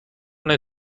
نمی